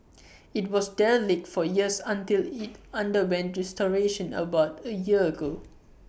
IT was derelict for years until IT underwent restoration about A year ago